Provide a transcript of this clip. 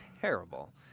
terrible